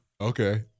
Okay